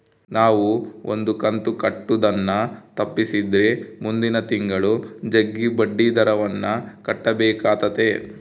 ನಾವು ಒಂದು ಕಂತು ಕಟ್ಟುದನ್ನ ತಪ್ಪಿಸಿದ್ರೆ ಮುಂದಿನ ತಿಂಗಳು ಜಗ್ಗಿ ಬಡ್ಡಿದರವನ್ನ ಕಟ್ಟಬೇಕಾತತೆ